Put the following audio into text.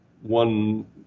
one